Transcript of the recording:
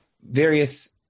various